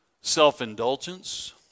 self-indulgence